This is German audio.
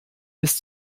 ist